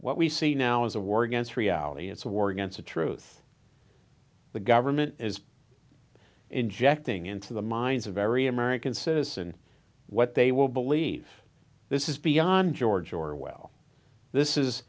what we see now is a war against reality it's a war against a truth the government is injecting into the minds of every american citizen what they will believe this is beyond george orwell this is